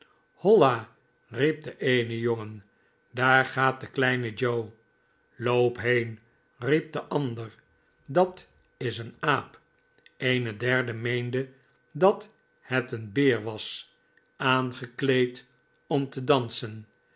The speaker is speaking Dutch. holla riep de eene jongen daar gaat de kleine joe loop heen riep de ander dat iseenaap eene derde meende dat het een beer was aangekleed om te dansen